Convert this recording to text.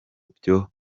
byo